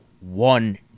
one